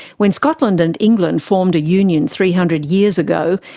when scotland and england formed a union three hundred years ago,